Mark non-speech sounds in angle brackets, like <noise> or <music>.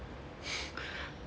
<laughs>